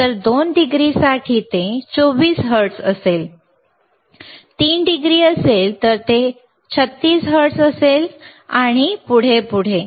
तर 2 डिग्रीसाठी ते 24 हर्ट्झ असेल 3 डिग्री असेल तर ते 36 हर्ट्झ असेल आणि पुढे आणि पुढे